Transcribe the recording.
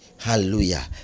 hallelujah